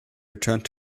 returned